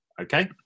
okay